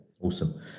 awesome